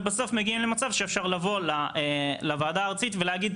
ובסוף מגיעים למצב שאפשר לבוא לוועדה הארצית ולהגיד,